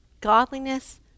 Godliness